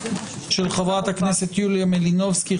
של חברת הכנסת יוליה מלינובסקי,